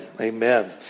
Amen